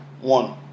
One